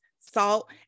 salt